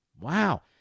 Wow